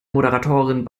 moderatorin